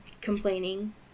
complaining